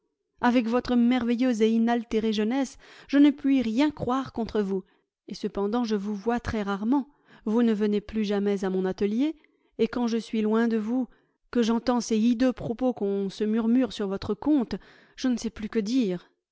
avec votre merveilleuse et inaltérée jeunesse je ne puis rien croire contre vous et cependant je vous vois très rarement vous ne venez plus jamais à mon atelier et quand je suis loin de vous que j'entends ces hideux propos qu'on se murmure sur votre compte je ne sais plus que dire